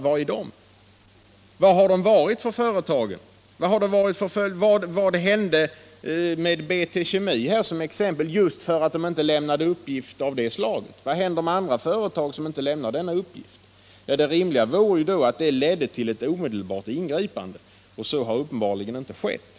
Vad hände med BT Kemi, när 13 oktober 1977 det inte lämnade uppgifter av detta slag? Vad händer med andra företag = som inte lämnar uppgifter? Det rimliga vore att det ledde till ett ome — Om giftspridningen delbart ingripande. Så har uppenbarligen inte skett.